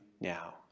now